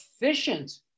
efficient